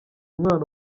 mwana